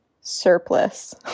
surplus